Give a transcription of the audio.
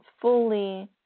fully